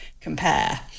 compare